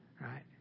right